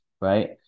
right